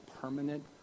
permanent